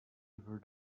ever